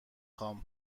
خوام